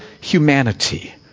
humanity